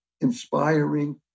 inspiring